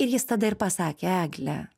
ir jis tada ir pasakė egle